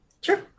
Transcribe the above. Sure